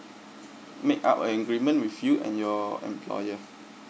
make up an agreement with you and your employer